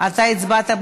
לא.